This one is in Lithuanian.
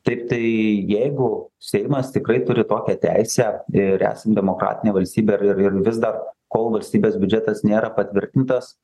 taip tai jeigu seimas tikrai turi tokią teisę ir esam demokratinė valstybė ir ir vis dar kol valstybės biudžetas nėra patvirtintas